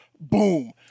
Boom